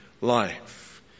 life